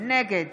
נגד